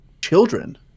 children